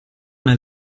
nel